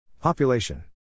Population